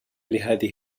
لهذه